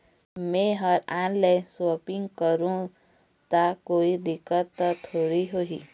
मैं हर online shopping करू ता कोई दिक्कत त थोड़ी होही?